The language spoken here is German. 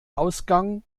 ausgang